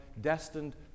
destined